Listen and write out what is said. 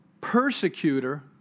persecutor